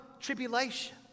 tribulation